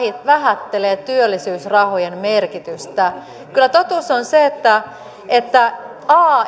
vähättelee työllisyysrahojen merkitystä kyllä totuus on se että että